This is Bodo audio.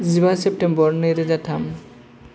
जिबा सेप्तेमबर नैरोजा थाम